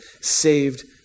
saved